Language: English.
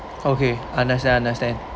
okay understand understand